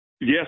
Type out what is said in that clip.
Yes